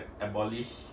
abolish